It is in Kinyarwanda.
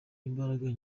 imbaraga